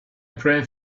pray